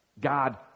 God